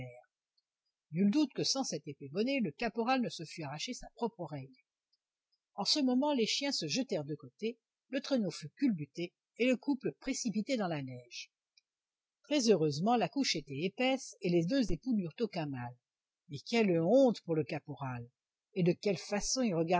nul doute que sans cet épais bonnet le caporal ne se fût arraché sa propre oreille en ce moment les chiens se jetèrent de côté le traîneau fut culbuté et le couple précipité dans la neige très heureusement la couche était épaisse et les deux époux n'eurent aucun mal mais quelle honte pour le caporal et de quelle façon